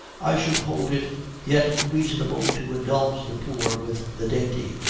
i should hold it yet reasonable to indulge the poor with the dainty,